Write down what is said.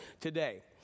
today